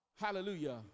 hallelujah